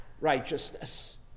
righteousness